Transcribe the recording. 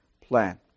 plan